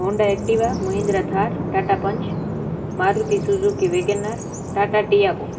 Honda Activa Mahindra Thar Tata Punch Maruti Suzuki Wagon R Tata Tiago